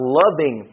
loving